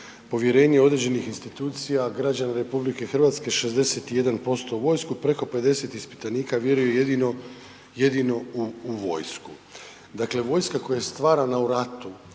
povjerenje određenih institucija građana RH 61% u vojsku, preko 50 ispitanika vjeruje jedino u vojsku. Dakle, vojska koja je stvarana u ratu,